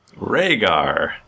Rhaegar